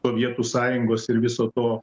sovietų sąjungos ir viso to